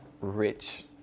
rich